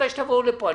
מתי שתבואו לפה,